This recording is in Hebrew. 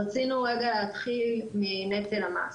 רצינו רגע להתחיל מנטל המס.